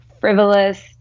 frivolous